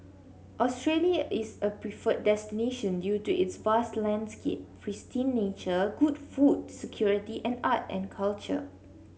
Australia is a preferred destination due to its vast landscape pristine nature good food security and art and culture